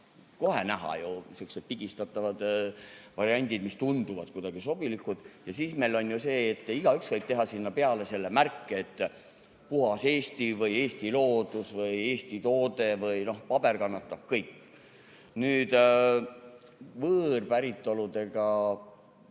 kohe on näha ju sihukesed pigistavad variandid, mis tunduvad kuidagi sobilikud. Siis on meil ju see, et igaüks võib teha sinna peale selle märke, et "Puhas Eesti" või "Eesti loodus" või "Eesti toode" – paber kannatab kõike. Nüüd võõrpäritolust.